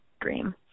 dream